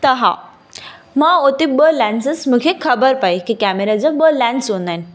त हा मां उते ॿ लेंसिस मूंखे ख़बर पेई कि केमेरा जी ॿ लेंस हूंदा आहिनि